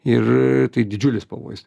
ir tai didžiulis pavojus